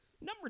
Number